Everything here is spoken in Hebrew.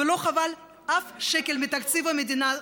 ולא חבל על אף שקל מתקציב המדינה,